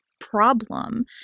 problem